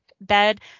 bed